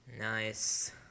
Nice